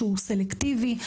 ארגון סלקטיבי,